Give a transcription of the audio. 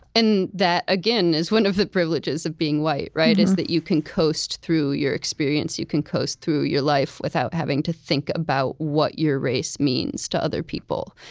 and that, again, is one of the privileges of being white, is that you can coast through your experience, you can coast through your life without having to think about what your race means to other people,